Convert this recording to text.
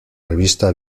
revista